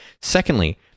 Secondly